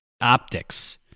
optics